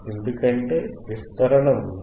ఎందుకంటే విస్తరణ ఉంది